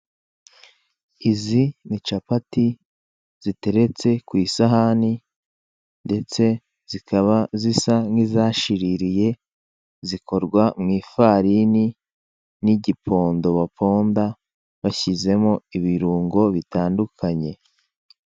Izi nincapati ziteretse ku isahani ndetse zikaba zisa nk'izashiririye zikorwa mu ifarinini n'igipondo baponda basizemo ibirungo bitandukanye.